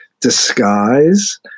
disguise